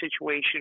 situation